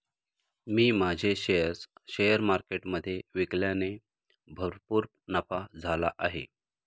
मी माझे shares share मार्केटमधे विकल्याने भरपूर नफा झाला आहे